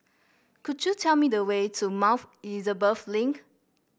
could you tell me the way to Elizabeth Link